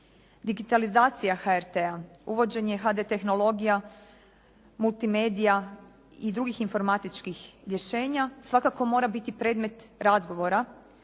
Digitalizacija HRT-a, uvođenje «HD» tehnologija, multimedija i drugih informatičkih rješenja svakako mora biti predmet razgovora,